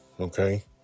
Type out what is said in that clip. okay